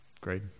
great